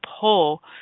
pull